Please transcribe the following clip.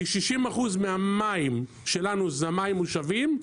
כי 60% מהמים שלנו הם מים מושבים,